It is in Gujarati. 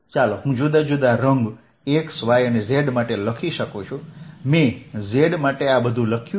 ચાલો હું જુદા જુદા રંગ x y અને z માટે લખી શકું મેં z0 માટે આ બધું લખ્યું છે